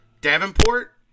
Davenport